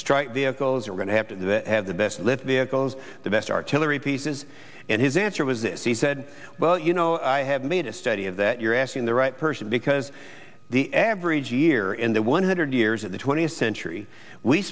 strike vehicles are going to have to have the best live vehicles the best artillery pieces and his answer was this he said well you know i have made a study of that you're asking the right person because the average year in the one hundred years of the twentieth century we